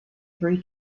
three